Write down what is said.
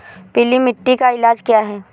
पीली मिट्टी का इलाज क्या है?